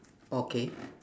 okay